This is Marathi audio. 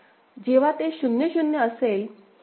जेव्हा ते 0 0 असेल ही अवस्था a असेल